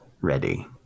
ready